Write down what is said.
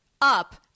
up